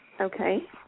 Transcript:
Okay